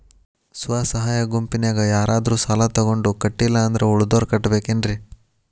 ಸ್ವ ಸಹಾಯ ಗುಂಪಿನ್ಯಾಗ ಯಾರಾದ್ರೂ ಸಾಲ ತಗೊಂಡು ಕಟ್ಟಿಲ್ಲ ಅಂದ್ರ ಉಳದೋರ್ ಕಟ್ಟಬೇಕೇನ್ರಿ?